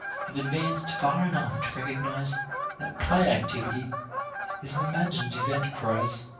have advanced far enough to recognize that play-activity is an imaginative enterprise.